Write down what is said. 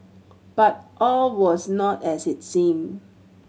but all was not as it seemed